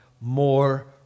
more